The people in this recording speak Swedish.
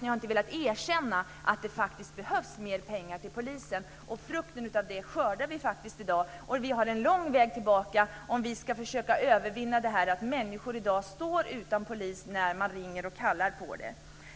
har inte velat erkänna att det faktiskt behövs mer pengar till polisen. I dag skördar vi frukten av det. Vi har en lång väg tillbaka om vi ska försöka övervinna detta med att människor blir utan polishjälp trots att de ringer och kallar på den.